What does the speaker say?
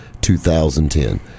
2010